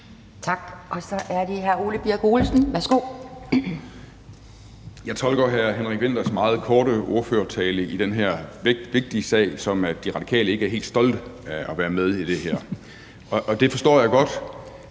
Jeg tolker hr. Henrik Vinthers meget korte ordførertale i den her vigtige sag som et udtryk for, at De Radikale ikke er helt stolte af at være med i det her, og det forstår jeg godt,